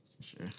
Sure